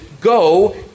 go